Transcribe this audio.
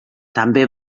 també